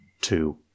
Two